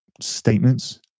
statements